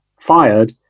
fired